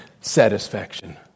satisfaction